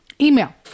Email